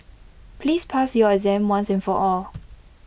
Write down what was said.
please pass your exam once and for all